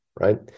right